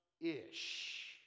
Ish